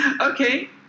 Okay